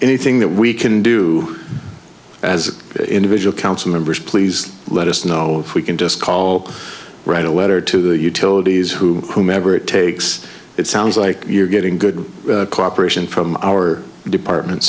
anything that we can do as individual council members please let us know if we can just call write a letter to the utilities who whomever it takes it sounds like you're getting good cooperation from our department